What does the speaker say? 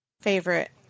favorite